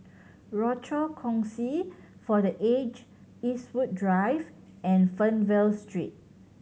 Rochor Kongsi for The Aged Eastwood Drive and Fernvale Street